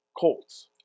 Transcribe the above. colts